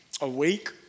awake